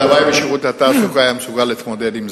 הלוואי ששירות התעסוקה היה מסוגל להתמודד עם זה.